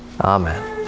Amen